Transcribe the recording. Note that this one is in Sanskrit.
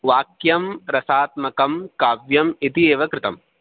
वाक्यं रसात्मकं काव्यम् इति एव कृतं